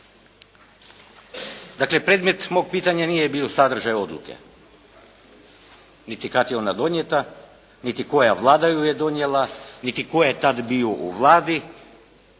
Dakle, predmet mog pitanja nije bio sadržaj odluke, niti kad je ona donijeta, niti koja Vlada ju je donijela, niti tko je tad bio u Vladi,